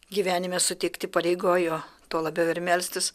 gyvenime sutikti įpareigojo tuo labiau ir melstis